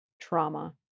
trauma